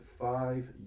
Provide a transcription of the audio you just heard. five